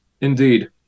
indeed